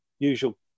usual